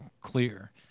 clear